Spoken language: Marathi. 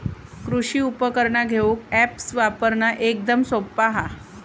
कृषि उपकरणा घेऊक अॅप्स वापरना एकदम सोप्पा हा